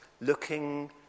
looking